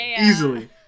easily